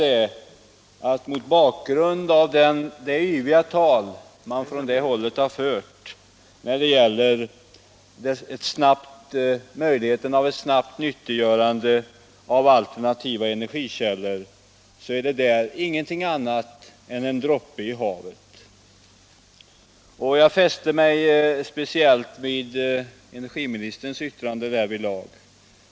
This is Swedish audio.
Låt mig bara säga mot bakgrund av det eviga tal som från det hållet förts när det gäller möjligheten av ett snabbt nyttiggörande av alternativa energikällor att dessa ingenting annat är än en droppe i havet. Jag fäste mig speciellt vid energiministerns yttrande därvidlag.